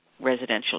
residential